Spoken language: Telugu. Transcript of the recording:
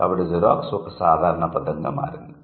కాబట్టి జిరాక్స్ ఒక సాధారణ పదంగా మారింది